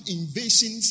invasion